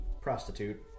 prostitute